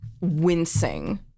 wincing